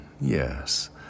Yes